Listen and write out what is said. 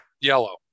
Yellow